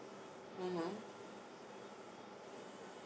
(uh huh)